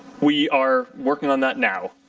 we are working on that now.